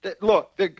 look